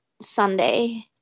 Sunday